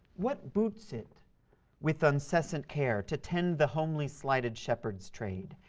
what boots it with uncessant care to tend the homely slighted shepherd's trade,